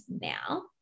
now